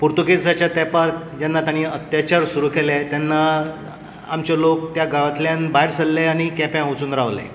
पोर्तुगेजाच्या तेंपार जेन्ना तांणी अत्याचार सुरू केले तेन्ना आमचे लोक त्या गांवांतल्यान भायर सरले आनी केप्यां वचून रावले